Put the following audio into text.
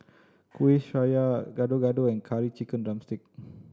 Kueh Syara Gado Gado and Curry Chicken drumstick